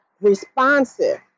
responsive